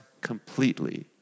completely